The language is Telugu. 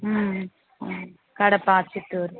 కడప చిత్తూరు